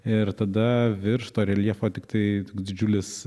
ir tada virš to reljefo tiktai didžiulis